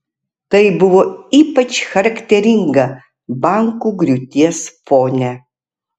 tai buvo ypač charakteringa bankų griūties fone